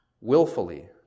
willfully